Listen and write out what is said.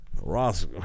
Ross